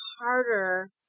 harder